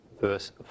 verse